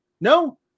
No